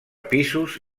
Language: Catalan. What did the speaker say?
pisos